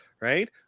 right